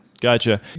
Gotcha